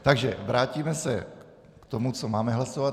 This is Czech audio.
Takže vrátíme se k tomu, co máme hlasovat.